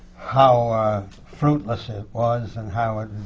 how fruitless it was and how it